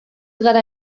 gara